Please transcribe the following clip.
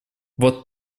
вот